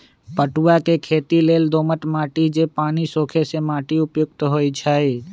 पटूआ के खेती लेल दोमट माटि जे पानि सोखे से माटि उपयुक्त होइ छइ